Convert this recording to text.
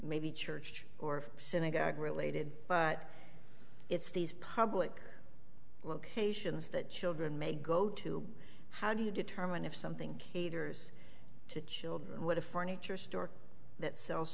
maybe church or synagogue related but it's these public locations that children may go to how do you determine if something caters to children what a furniture store that sells